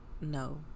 no